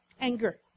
Anger